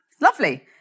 lovely